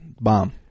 bomb